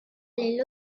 est